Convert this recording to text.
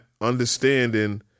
understanding